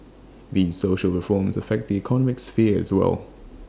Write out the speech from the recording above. these social reforms affect the economic sphere as well